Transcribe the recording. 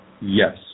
Yes